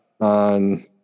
on